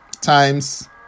times